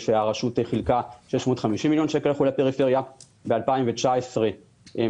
לא הצליחו לצאת לפועל בשנת 2021. אבל הם יהיו